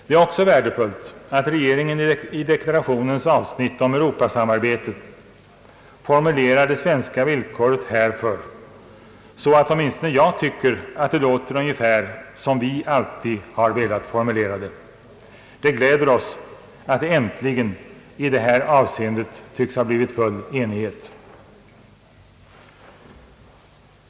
Det är också värdefullt att regeringen 1 deklarationens avsnitt om Europasamarbetet formulerar det svenska villkoret härför på så sätt att åtminstone jag tycker att det låter ungefär som vi alltid har velat formulera det. Det gläder oss att det — äntligen — i detta avseende tycks ha uppstått full enighet.